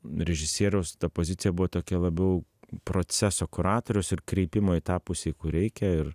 režisieriaus ta pozicija buvo tokia labiau proceso kuratorius ir kreipimo į tą pusę į kur reikia ir